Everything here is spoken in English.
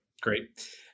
Great